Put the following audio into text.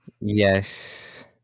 Yes